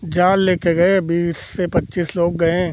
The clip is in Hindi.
जाल लेकर गए बीस से पच्चीस लोग गए